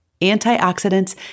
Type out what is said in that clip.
Antioxidants